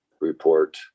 report